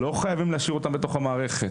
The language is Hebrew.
לא חייבים להשאיר אותם בתוך המערכת.